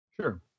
sure